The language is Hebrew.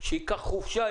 שייקח חופשה,